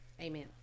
amen